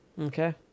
Okay